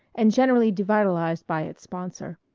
and generally devitalized by its sponsor.